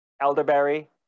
elderberry